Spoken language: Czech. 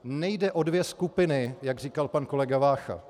Nejde o dvě skupiny, jak říkal pan kolega Vácha.